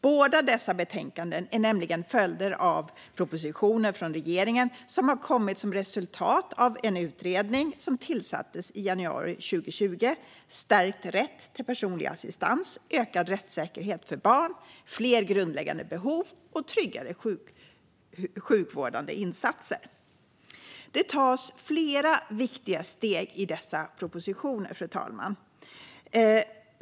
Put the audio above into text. Båda dessa betänkanden är nämligen följder av propositioner från regeringen som har kommit som resultat av slutbetänkandet från en utredning som tillsattes i januari 2020, Stärkt rätt till personlig assistans - Ökad rättssäkerhet för barn, fler grundläggande behov och tryggare sjukvårdande insatser . Det tas flera viktiga steg i dessa propositioner, fru talman.